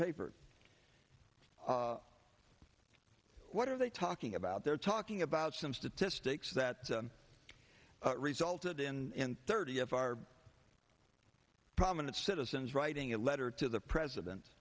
paper what are they talking about they're talking about some statistics that resulted in thirty of our prominent citizens writing a letter to the president